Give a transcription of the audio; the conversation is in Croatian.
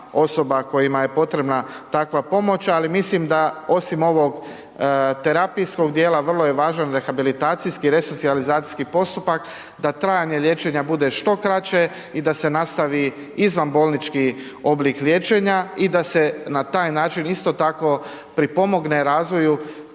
osoba kojima je potrebna takva pomoć, ali mislim da osim ovog terapijskog dijela, vrlo je važan rehabilizacijski, resocijalizacijski postupak, da trajanje liječenja bude što kraće i da se nastavi izvanbolnički oblik liječenja i da se na taj način isto tako pripomogne razvoju